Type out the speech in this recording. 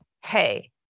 hey